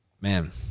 man